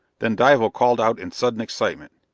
then dival called out in sudden excitement,